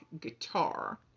guitar